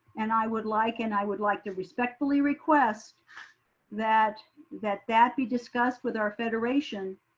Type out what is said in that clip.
and i would like, and i would like to respectfully request that that that be discussed with our federation,